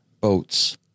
boats